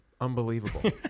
Unbelievable